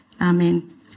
Amen